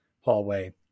hallway